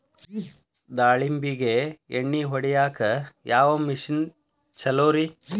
ದಾಳಿಂಬಿಗೆ ಎಣ್ಣಿ ಹೊಡಿಯಾಕ ಯಾವ ಮಿಷನ್ ಛಲೋರಿ?